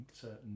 certain